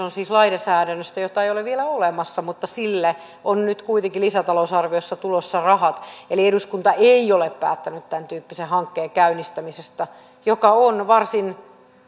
on siis lainsäädännöstä jota ei ole vielä olemassa mutta sille on nyt kuitenkin lisätalousarviossa tulossa rahat eli eduskunta ei ole päättänyt tämäntyyppisen hankkeen käynnistämisestä joka on varsin